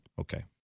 Okay